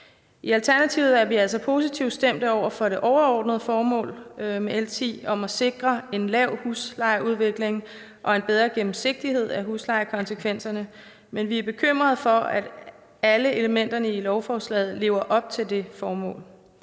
I Alternativet er vi altså positivt stemt over for det overordnede formål med L 10 om at sikre en lav huslejeudvikling og en bedre gennemsigtighed af huslejekonsekvenserne, men vi er bekymrede for, om alle elementer i lovforslaget lever op til det formål.